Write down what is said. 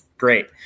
great